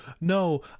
no